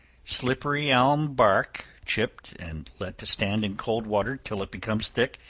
slippery-elm bark, chipped, and let to stand in cold water till it becomes thick,